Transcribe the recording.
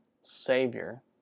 Savior